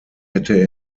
hätte